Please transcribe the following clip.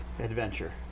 adventure